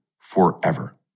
Forever